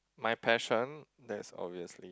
my passion that is obviously